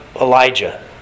Elijah